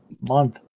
month